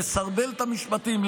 לסרבל את המשפטים,